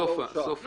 סופה, סופה.